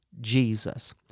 Jesus